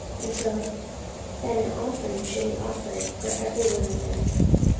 until that an offering should be offered for every one of them.